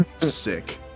sick